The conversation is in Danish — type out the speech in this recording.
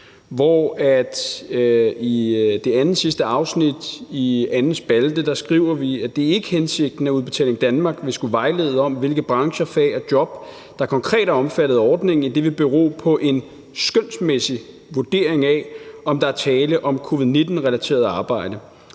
hvor vi i andetsidste afsnit, anden spalte, skriver: »Det er ikke hensigten, at Udbetaling Danmark vil skulle vejlede om, hvilke brancher, fag og jobs, der konkret er omfattet af ordningen, idet det vil bero på en skønsmæssig vurdering af, om der er tale om covid-19-relateret arbejde.